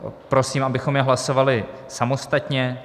Prosím, abychom je hlasovali samostatně.